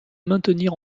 maintenir